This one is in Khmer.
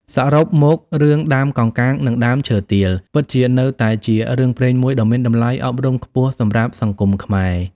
សរុបមករឿង "ដើមកោងកាងនិងដើមឈើទាល" ពិតជានៅតែជារឿងព្រេងមួយដ៏មានតម្លៃអប់រំខ្ពស់សម្រាប់សង្គមខ្មែរ។